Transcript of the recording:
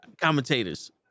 commentators